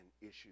issues